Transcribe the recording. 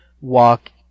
walk